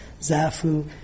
Zafu